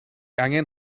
angen